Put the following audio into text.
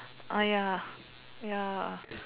ah ya ya